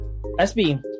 SB